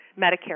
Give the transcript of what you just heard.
Medicare